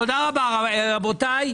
תודה רבה, רבותיי.